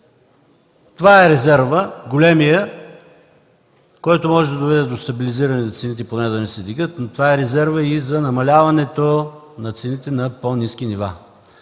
Това е големият резерв, който може да доведе до стабилизиране на цените, поне да не се вдигат, но това е резервът и за намаляването на цените на по-ниски нива.